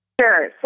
Sure